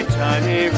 tiny